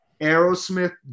Aerosmith